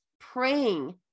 praying